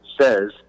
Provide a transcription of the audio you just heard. says